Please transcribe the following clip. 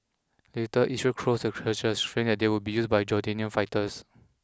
later Israel closed the churches fearing they would be used by Jordanian fighters